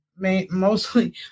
mostly